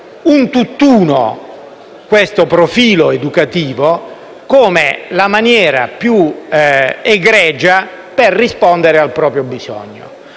(un tutt'uno questo profilo educativo) come la maniera più egregia di rispondere al proprio bisogno.